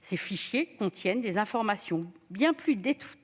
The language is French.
Ces fichiers contiennent des informations bien plus détaillées,